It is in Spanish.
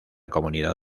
comunidad